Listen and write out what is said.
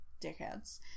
dickheads